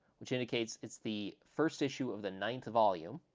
which indicates it's the first issue of the ninth volume.